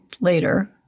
later